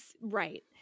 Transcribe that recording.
Right